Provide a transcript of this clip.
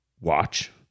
watch